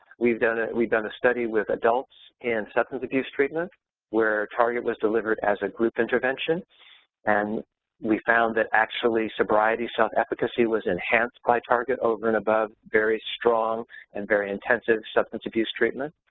we've done ah we've done a study with adults in and substance abuse treatment where target was delivered as a group intervention and we found that actually sobriety self-efficacy was enhanced by target over and above very strong and very intensive substance abuse treatment.